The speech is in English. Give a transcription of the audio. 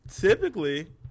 Typically